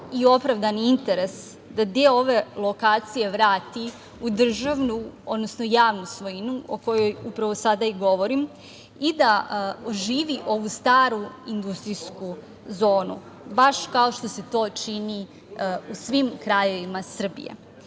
i opravdani interes da deo ove lokacije vrati u državnu, odnosno javnu svojinu o kojoj upravo sada i govorim i da oživi ovu staru industrijsku zonu, baš kao što se to čini u svim krajevima Srbije. Iz